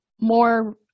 more